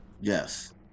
yes